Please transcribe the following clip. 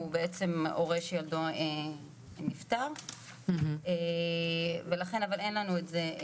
הוא בעצם הורה שהילד שלו נפטר ולכן אבל אין לנו את זה.